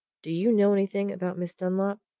do you know anything about miss dunlop?